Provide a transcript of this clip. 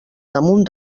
damunt